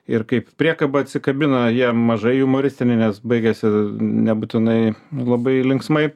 ir kaip priekaba atsikabina jie mažai jumoristiniai nes baigiasi nebūtinai labai linksmai